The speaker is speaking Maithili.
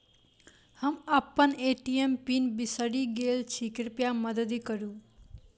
हम अप्पन ए.टी.एम पीन बिसरि गेल छी कृपया मददि करू